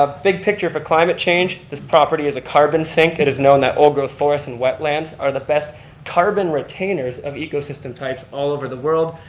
ah big picture for climate change. this property is a carbon sink. it is known that old growth forests and wetlands are the best carbon retainers of ecosystem types all over the world.